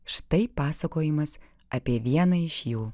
štai pasakojimas apie vieną iš jų